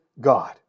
God